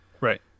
Right